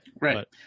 right